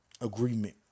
agreement